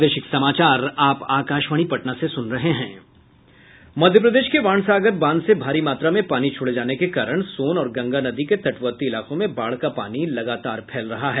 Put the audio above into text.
मध्य प्रदेश के बाणसागर बांध से भारी मात्रा में पानी छोड़े जाने के कारण सोन और गंगा नदी के तटवर्ती इलाकों में बाढ़ का पानी लगातार फैल रहा है